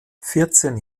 vierzehn